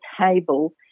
table